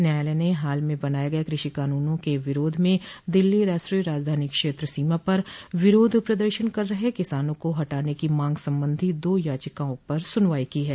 न्यायालय ने हाल में बनाये गये कृषि कानूनों के विरोध में दिल्ली राष्ट्रीय राजधानी क्षेत्र सीमा पर विरोध प्रदर्शन कर रहे किसानों को हटाने की मांग संबंधी दो याचिकाओं पर सुनवाई की है